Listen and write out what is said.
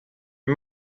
are